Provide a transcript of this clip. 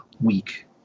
week